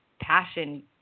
passion